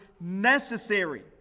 necessary